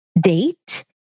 date